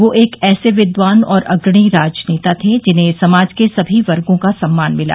वे एक ऐसे विद्वान और अग्रणी राजनेता थे जिन्हें समाज के सभी वर्गों का सम्मान मिला